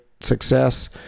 success